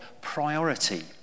priority